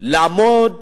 לעמוד